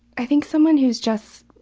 i think someone who's just